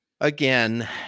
again